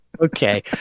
okay